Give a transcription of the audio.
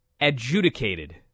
adjudicated